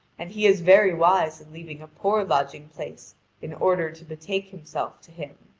and he is very wise in leaving a poor lodging-place in order to betake himself to him.